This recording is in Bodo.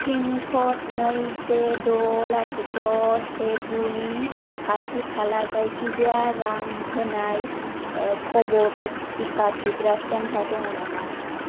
पिन क'ड नै से द' लाथिख' से गु नि खाथि खाला जायखिजाया रां होनाय कव'भेक्स टिका थुग्रा सेन्टार दङ नामा